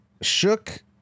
Shook